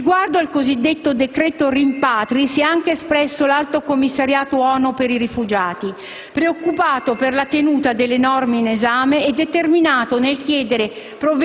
Riguardo il cosiddetto decreto rimpatri, si è anche espresso l'Alto Commissariato ONU per i rifugiati, preoccupato per la tenuta delle norme in esame e determinato nel chiedere